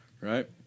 Right